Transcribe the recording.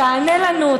תענה לנו,